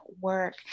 work